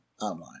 online